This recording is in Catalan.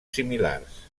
similars